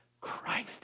Christ